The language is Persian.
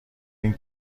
این